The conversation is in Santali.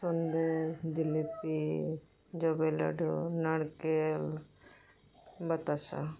ᱥᱚᱱᱫᱥᱮ ᱡᱷᱤᱞᱤᱯᱤ ᱡᱚᱵᱮ ᱞᱟᱹᱰᱩ ᱱᱟᱲᱠᱮᱞ ᱵᱚᱛᱟᱥᱟ